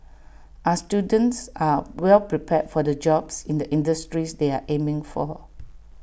our students are well prepared for the jobs in the industries they are aiming for